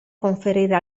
conferire